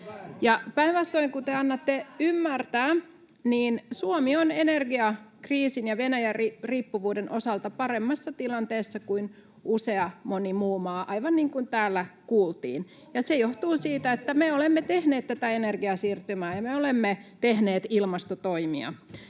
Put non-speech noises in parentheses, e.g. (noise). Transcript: päinvastoin kuin te annatte ymmärtää, Suomi on energiakriisin ja Venäjä-riippuvuuden osalta paremmassa tilanteessa kuin usea, moni muu maa — aivan niin kuin täällä kuultiin. (noise) Ja se johtuu siitä, että me olemme tehneet tätä energiasiirtymää ja me olemme tehneet ilmastotoimia,